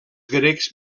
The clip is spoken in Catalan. grecs